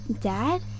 Dad